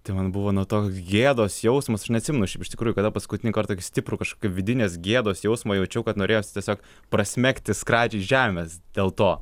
tai man buvo nu tok gėdos jausmas aš neatsimenu šiaip iš tikrųjų kada paskutinį kartą tokį stiprų kažkokį vidinės gėdos jausmą jaučiau kad norėjosi tiesiog prasmegti skradžiai žemės dėl to